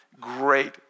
great